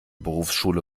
berufsschule